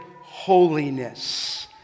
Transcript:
holiness